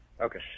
Okay